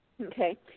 Okay